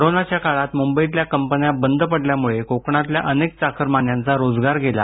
करोनाच्या काळात मुंबईतल्या कंपन्या बंद पडल्यामुळे कोकणातल्या अनेक चाकरमान्यांचा रोजगार गेला